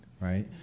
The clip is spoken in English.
right